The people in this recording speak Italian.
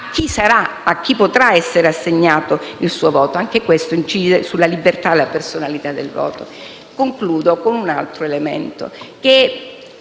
il voto, a chi potrà essere assegnato il suo voto, e anche questo incide sulla libertà e la personalità del voto stesso. Concludo con un altro elemento